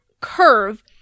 curve